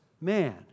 man